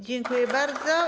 Dziękuję bardzo.